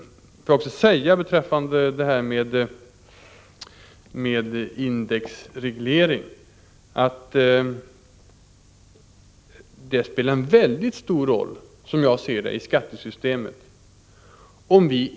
Som jag ser det spelar indexregleringen en mycket stor roll i skattesystemet.